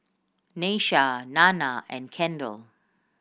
Nyasia Nanna and Kendell